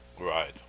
Right